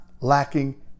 lacking